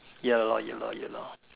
ya lor ya lor ya lor